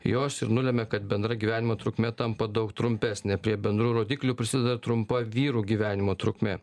jos ir nulemia kad bendra gyvenimo trukmė tampa daug trumpesnė prie bendrų rodiklių prisideda trumpa vyrų gyvenimo trukmė